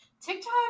TikTok